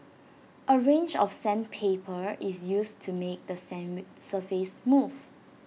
A range of sandpaper is used to make the same surface smooth